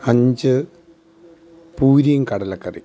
അഞ്ച് പൂരിയും കടലക്കറിയും